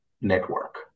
network